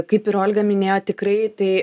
kaip ir olga minėjo tikrai tai